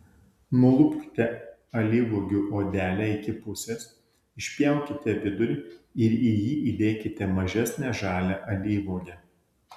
nulupkite alyvuogių odelę iki pusės išpjaukite vidurį ir į jį įdėkite mažesnę žalią alyvuogę